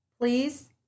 please